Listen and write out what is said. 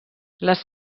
les